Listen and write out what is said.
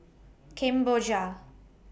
Kemboja